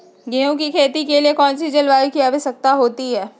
गेंहू की खेती के लिए कौन सी जलवायु की आवश्यकता होती है?